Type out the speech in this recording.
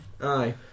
Aye